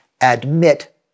Admit